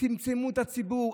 צמצמו את הציבור.